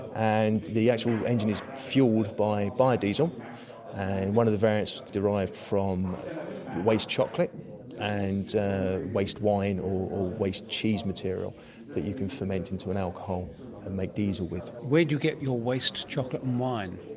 and the actual engine is fuelled by biodiesel and one of the variants derived from waste chocolate and waste wine or waste cheese material that you can ferment into an alcohol and make diesel with. where do you get your waste chocolate and wine?